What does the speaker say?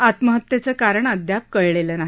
आत्महत्येचं कारण अद्याप कळलेलं नाही